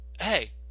hey